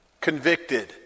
convicted